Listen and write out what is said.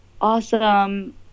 awesome